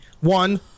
One